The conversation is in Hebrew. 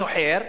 סוחר,